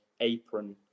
apron